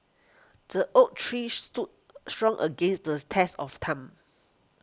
the oak tree stood strong against the test of time